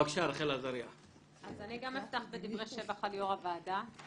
אני גם אפתח בדברי שבח ליושב ראש הוועדה.